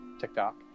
TikTok